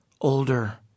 Older